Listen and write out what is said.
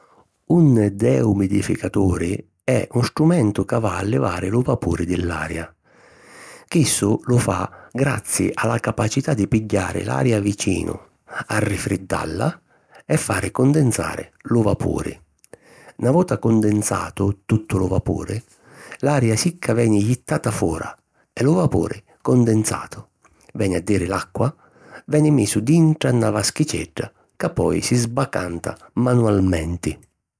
Un deumidificaturi è un strumentu ca va a livari lu vapuri di l’aria. Chissu lu fa grazi a la capacità di pigghiari l’aria vicinu, arrifriddalla e fari condensari lu vapuri. Na vota condensatu tuttu lu vapuri, l’aria sicca veni jittata fora e lu vapuri condensatu, veni a diri l’acqua, veni misu dintra na vaschicedda ca poi si sbacanta manualmenti.